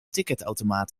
ticketautomaat